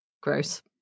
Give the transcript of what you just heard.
Gross